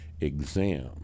exam